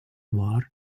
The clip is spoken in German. noir